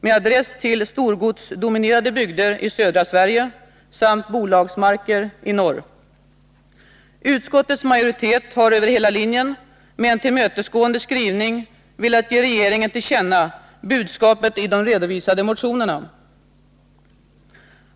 Utskottets majoritet har över hela linjen med en tillmötesgående skrivning velat ge regeringen till känna budskapet i de redovisade motionerna.